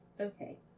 Okay